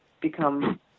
become